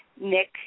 Nick